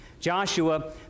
Joshua